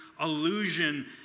illusion